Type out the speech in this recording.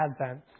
Advent